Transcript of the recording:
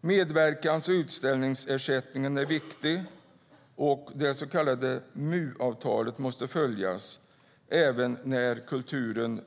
Medverkans och utställningsersättningen är viktig, och det så kallade MU-avtalet måste följas, även när kulturen